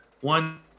one